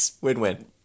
Win-win